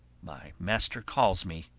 my master calls me